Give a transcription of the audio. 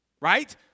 right